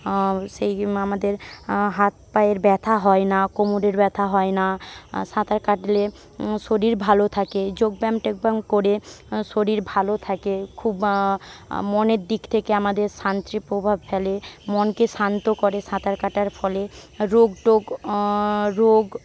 সেই আমাদের হাত পায়ের ব্যাথা হয় না কোমরের ব্যাথা হয় না সাঁতার কাটলে শরীর ভালো থাকে যোগব্যায়াম টোগব্যায়াম করে শরীর ভালো থাকে খুব মনের দিক থেকে আমাদের শান্তির প্রভাব ফেলে মনকে শান্ত করে সাঁতার কাটার ফলে রোগ টোগ রোগ